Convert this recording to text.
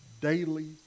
daily